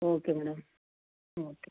okay madam okay